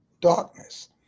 darkness